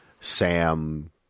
Sam